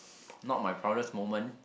not my proudest moment